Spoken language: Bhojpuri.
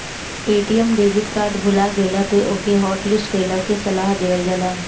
ए.टी.एम डेबिट कार्ड भूला गईला पे ओके हॉटलिस्ट कईला के सलाह देहल जाला